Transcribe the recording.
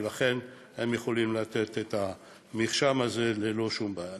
ולכן הם יכולים לתת את המרשם הזה ללא שום בעיה.